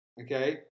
okay